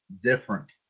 different